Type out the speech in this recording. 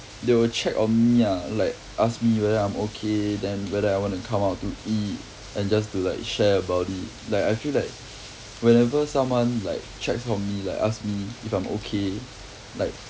they will check on me ah like ask me whether I'm okay then whether I want to come out to eat and just to like share about it like I feel like whenever someone like checks on me like ask me if I'm okay like